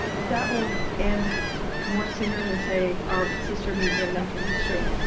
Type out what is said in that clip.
that will end more sooner than, say, our sister museum, natural history.